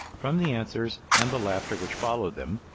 from the answers and the laughter which followed them,